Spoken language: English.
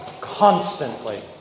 constantly